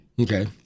okay